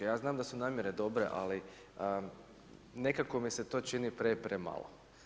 Ja znam da su namjere dobre ali nekako mi se to čini pre, premalo.